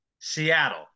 Seattle